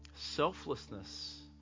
selflessness